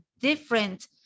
different